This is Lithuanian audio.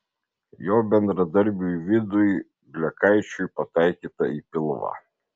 jo bendradarbiui vidui blekaičiui pataikyta į pilvą